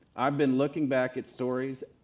i've been looking back at stories,